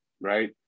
right